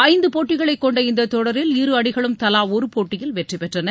ஐந்து போட்டிகளை கொண்ட இந்த தொடரில் இரு அணிகளும் தலா ஒரு போட்டியில் வெற்றி பெற்றன